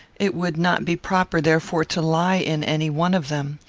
it would not be proper, therefore, to lie in any one of them.